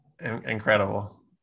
incredible